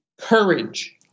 Courage